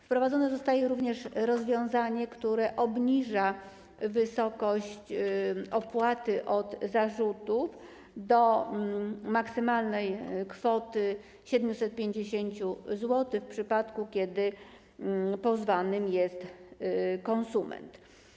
Wprowadzone zostaje również rozwiązanie, które obniża wysokość opłaty od zarzutu do maksymalnej kwoty 750 zł w przypadku, kiedy pozwanym jest konsument.